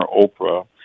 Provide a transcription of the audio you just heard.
Oprah